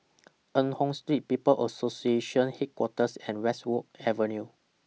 Eng Hoon Street People's Association Headquarters and Westwood Avenue